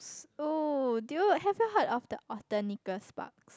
oh do you have you heard of the author Nicole-Sparks